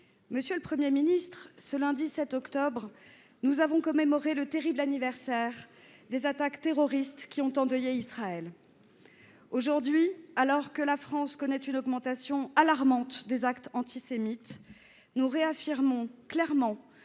Monsieur le ministre, ce lundi 7 octobre, nous avons commémoré les terribles attaques terroristes qui ont endeuillé Israël l’an dernier. Aujourd’hui, alors que la France connaît une augmentation alarmante des actes antisémites, nous réaffirmons clairement